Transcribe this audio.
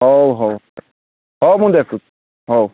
ହେଉ ହେଉ ହେଉ ମୁଁ ଦେଖୁଛି ହେଉ